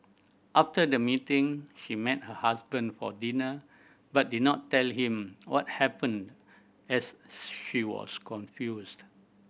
after the meeting he met her husband for dinner but did not tell him what happened as she was confused